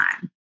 time